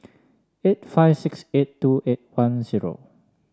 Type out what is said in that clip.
eight five six eight two eight one zero